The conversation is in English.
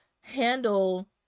handle